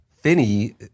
Finney